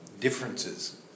differences